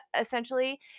essentially